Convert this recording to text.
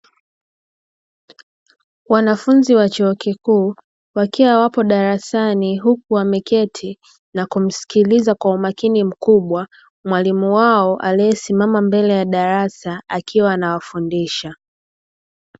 Wanafunzi wa chuo kikuu, wakiwa wapo darasani huku wameketi, na kumsikiliza kwa umakini mkubwa mwalimu wao aliyesimama mbele ya darasa akiwa anawafundisha.